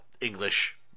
English